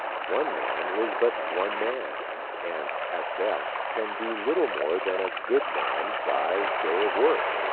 one man is but one man and at best can do little more than a good man-size day of work.